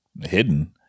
Hidden